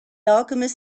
alchemist